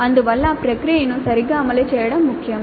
అందువల్ల ప్రక్రియను సరిగ్గా అమలు చేయడం ముఖ్యం